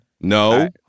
No